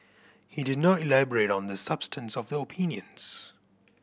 he did not elaborate on the substance of the opinions